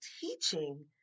teaching